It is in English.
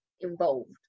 involved